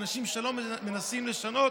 אנשים שלא מנסים לשנות,